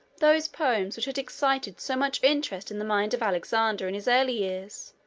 those poems which had excited so much interest in the mind of alexander in his early years